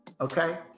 Okay